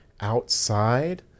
outside